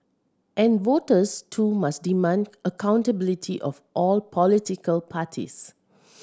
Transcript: and voters too must demand accountability of all political parties